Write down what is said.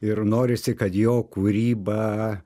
ir norisi kad jo kūryba